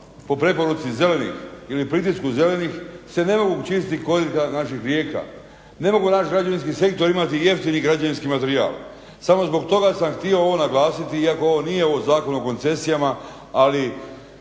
po preporuci zelenih ili po pritisku zelenih se ne mogu čistiti korita naših rijeka, ne može naš građevinski sektor imati jeftini građevinski materijal. Samo sam zbog ovoga htio naglasiti iako ovo nije u Zakonu o koncesijama ali